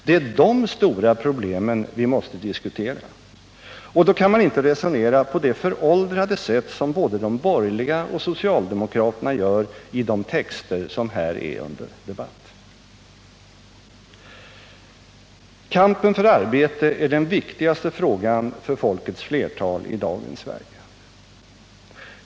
Det är de stora problemen vi måste diskutera. Och då kan man inte resonera på det föråldrade sätt som både de borgerliga och socialdemokraterna gör i de texter som här är under debatt. Kampen för arbete är den viktigaste frågan för folkets flertal i dagens Sverige.